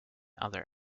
other